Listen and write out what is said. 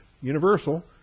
universal